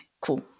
cool